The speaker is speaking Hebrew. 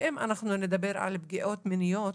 ואם אנחנו נדבר על פגיעות מיניות,